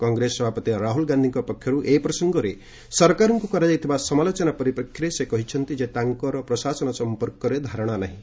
କଂଗ୍ରେସ ସଭାପତି ରାହୁଲ ଗାନ୍ଧୀଙ୍କ ପକ୍ଷରୁ ଏ ପ୍ରସଙ୍ଗରେ ସରକାରଙ୍କୁ କରାଯାଇଥିବା ସମାଲୋଚନା ପରିପ୍ରେକ୍ଷୀରେ ସେ କହିଛନ୍ତି ଯେ ତାଙ୍କର ପ୍ରଶାସନ ସଂପର୍କରେ ଧାରଣା ନାହିଁ